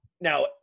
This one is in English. now